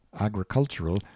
agricultural